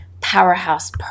powerhouse